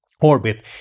orbit